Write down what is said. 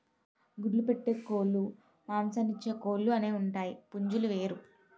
గుడ్లు పెట్టే కోలుమాంసమిచ్చే కోలు అనేవుంటాయి పుంజులు వేరు